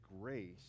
grace